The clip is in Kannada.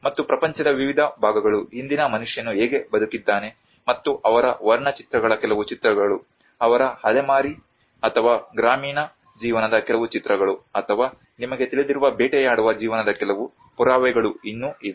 ಮತ್ತು ಪ್ರಪಂಚದ ವಿವಿಧ ಭಾಗಗಳು ಹಿಂದಿನ ಮನುಷ್ಯನು ಹೇಗೆ ಬದುಕಿದ್ದಾನೆ ಮತ್ತು ಅವರ ವರ್ಣಚಿತ್ರಗಳ ಕೆಲವು ಚಿತ್ರಗಳು ಅವರ ಅಲೆಮಾರಿ ಅಥವಾ ಗ್ರಾಮೀಣ ಜೀವನದ ಕೆಲವು ಚಿತ್ರಗಳು ಅಥವಾ ನಿಮಗೆ ತಿಳಿದಿರುವ ಬೇಟೆಯಾಡುವ ಜೀವನದ ಕೆಲವು ಪುರಾವೆಗಳು ಇನ್ನೂ ಇವೆ